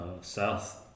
south